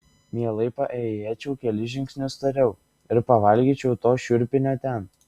mielai paėjėčiau kelis žingsnius tariau ir pavalgyčiau to šiupinio ten